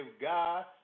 God